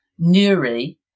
Nuri